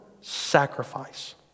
sacrifice